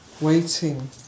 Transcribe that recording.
waiting